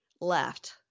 left